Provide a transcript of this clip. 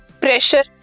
Pressure